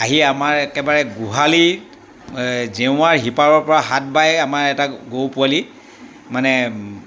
আহি আমাৰ একেবাৰে গোহালিৰ জেওৰাৰ সিপাৰৰ পৰা হাত বাই আমাৰ এটা গৰু পোৱালি মানে